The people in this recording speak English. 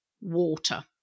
water